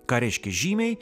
ką reiškia žymiai